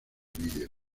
vídeo